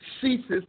ceases